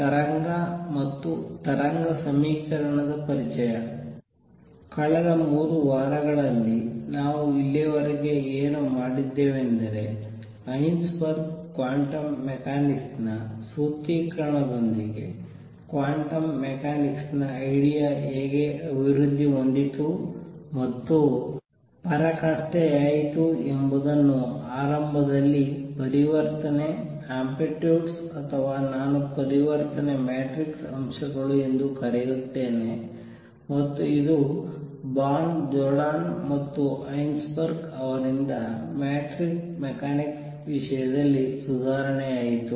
ತರಂಗ ಮತ್ತು ತರಂಗ ಸಮೀಕರಣದ ಪರಿಚಯ ಕಳೆದ 3 ವಾರಗಳಲ್ಲಿ ನಾವು ಇಲ್ಲಿಯವರೆಗೆ ಏನು ಮಾಡಿದ್ದೇವೆಂದರೆ ಹೈಸೆನ್ಬರ್ಗ್ ನ ಕ್ವಾಂಟಮ್ ಮೆಕ್ಯಾನಿಕ್ಸ್ ನ ಸೂತ್ರೀಕರಣದೊಂದಿಗೆ ಕ್ವಾಂಟಮ್ ಮೆಕ್ಯಾನಿಕ್ಸ್ ನ ಐಡಿಯಾ ಹೇಗೆ ಅಭಿವೃದ್ಧಿ ಹೊಂದಿತು ಮತ್ತು ಪರಾಕಾಷ್ಠೆಯಾಯಿತು ಎಂಬುದನ್ನು ಆರಂಭದಲ್ಲಿ ಪರಿವರ್ತನೆ ಆಂಪ್ಲಿಟ್ಯೂಡ್ಸ್ ಅಥವಾ ನಾನು ಪರಿವರ್ತನೆ ಮ್ಯಾಟ್ರಿಕ್ಸ್ ಅಂಶಗಳು ಎಂದು ಕರೆಯುತ್ತೇನೆ ಮತ್ತು ಇದು ಬಾರ್ನ್ ಜೋರ್ಡಾನ್ ಮತ್ತು ಹೈಸೆನ್ಬರ್ಗ್ ಅವರಿಂದ ಮ್ಯಾಟ್ರಿಕ್ಸ್ ಮೆಕ್ಯಾನಿಕ್ಸ್ ವಿಷಯದಲ್ಲಿ ಸುಧಾರಣೆಯಾಯಿತು